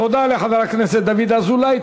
תודה לחבר הכנסת דוד אזולאי.